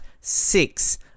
six